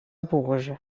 bourges